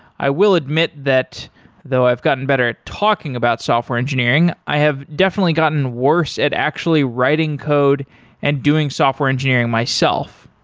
i will admit that though i've gotten better at talking about software engineering, i have definitely gotten worse at actually writing code and doing software engineering myself.